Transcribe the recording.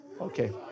Okay